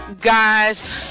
guys